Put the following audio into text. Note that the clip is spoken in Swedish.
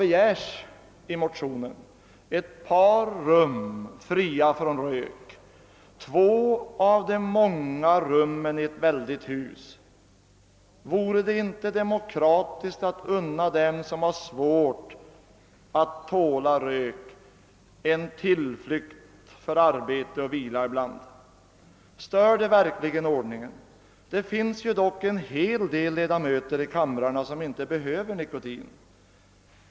Jo, jag hemställer om ett par rum fria från rök, alltså två av de många rummen i detta stora hus. Vore det inte demokratiskt att unna den som har svårt att tåla rök en tillflykt för arbete och vila? Stör det verkligen ordningen? Det finns ju dock en hel del ledamöter i kamrarna som inte behöver nikotin.